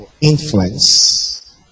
influence